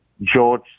George